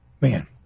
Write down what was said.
Man